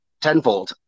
tenfold